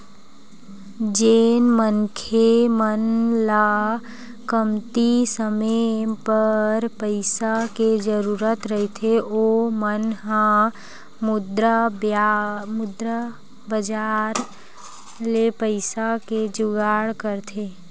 जेन मनखे मन ल कमती समे बर पइसा के जरुरत रहिथे ओ मन ह मुद्रा बजार ले पइसा के जुगाड़ करथे